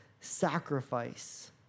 sacrifice